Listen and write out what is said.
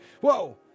whoa